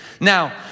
Now